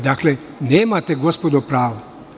Dakle, nemate gospodo pravo.